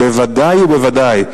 בוודאי ובוודאי,